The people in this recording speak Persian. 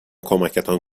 کمکتان